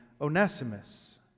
Onesimus